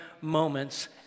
moments